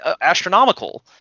astronomical